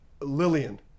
Lillian